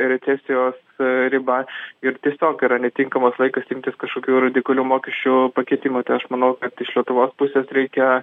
recesijos riba ir tiesiog yra netinkamas laikas imtis kažkokių radikalių mokesčių pakeitimų tai aš manau kad iš lietuvos pusės reikia